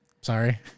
sorry